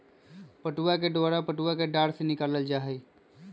पटूआ के डोरा पटूआ कें डार से निकालल जाइ छइ